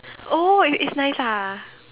oh it it's nice ah